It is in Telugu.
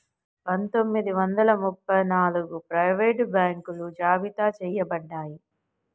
పందొమ్మిది వందల ముప్ప నాలుగగు ప్రైవేట్ బాంకులు జాబితా చెయ్యబడ్డాయి